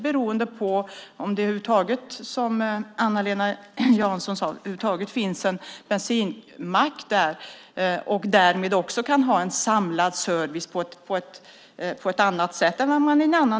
Eva-Lena Jansson nämnde till exempel om det finns en bensinmack och det därmed finns en samlad service på ett ställe.